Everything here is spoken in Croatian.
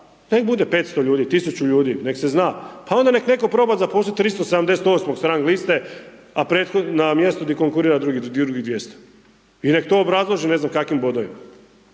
nek bude 500 ljudi, 1000 ljudi, nek se zna, pa onda nek netko proba zaposliti 378.-og sa rang liste, a prethodno mjesto konkurira drugih 200 i nek to obrazloži, ne znam kakvim bodovima.